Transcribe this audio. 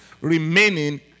remaining